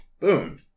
boom